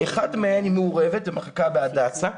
אחת מהן היא מעורבת - המחלקה בהדסה,